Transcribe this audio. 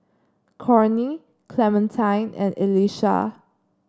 Cornie Clementine and Elisha